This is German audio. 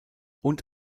und